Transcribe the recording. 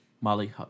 Molly